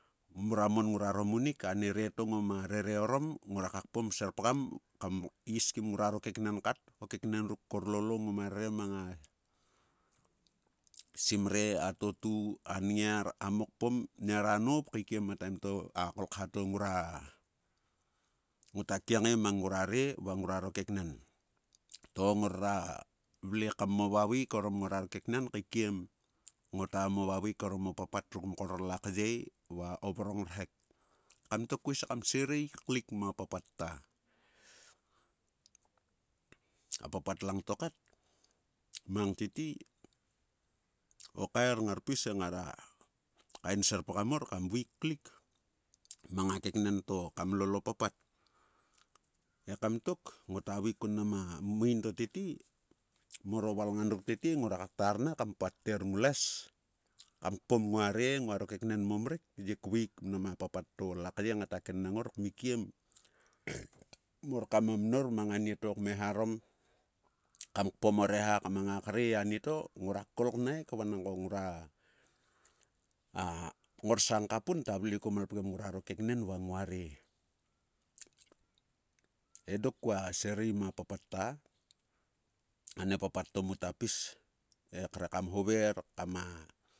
Mrua mon ngruaro munik ane reto ngoma rere orom. ngoraka kpom kserpgam kam is kim ngruaro keknen kat. O keknen ruk korblo ngoma rere manga simre. atatu anngiar. a mokpom nera noup kaikiem. a kolkha to ngota kiengae mang ngrua re va ngruaro keknen. To ngorera vle kam movavaik orom ngoraro keknen kaikiem ngota movavaeik orom o papat ruk mkor lakyei va o vrongrhek. Ekam tok sirei klik ma papat ta. A papat lang to kat. mang tete. o kaer ngarpis he ngara kaenserpgam mor kam vaik klik mang a keknen to kam lol opapat. Ekam tok. ngo ta vaik kun mnam a maein to tete. moro valngan ruk tete ngora ka ktar na kam patter nglues kam kpom ngua re. nguaro keknen mo mrek yek kvaik mnam a papat to lakyei ngata kennana kmikiem, mor kama mnor mang anieto kmeha rom. kam kpom o reha mang a krei anieto. ngora kkol knaik vanang ko ngrua ngorsang ka pum ta vle kuo malpgem gruaro keknen va nguare. He kua sirei ma papat ta. ane papat to muta pis he kre kam hover kama.